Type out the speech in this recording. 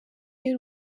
y’u